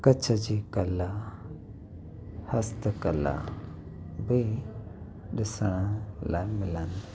कच्छ जी कला हस्तकला बि ॾिसण लाइ मिलंदी आहे